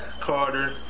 Carter